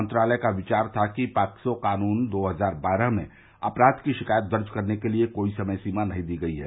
मंत्रालय का विचार था कि पॉक्सो कानून दो हजार बारह में अपराध की शिकायत दर्जे करने के लिए कोई समय सीमा नहीं दी गई है